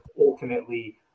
ultimately